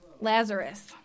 Lazarus